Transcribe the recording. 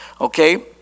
okay